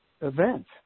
event